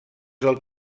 del